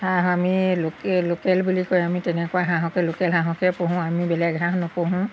হাঁহ আমি local local বুলি কয় আমি তেনেকুৱা হাঁহকে লোকেল হাঁহকে পঢ়োঁ আমি বেলেগ হাঁহ নপঢ়োঁ